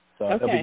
Okay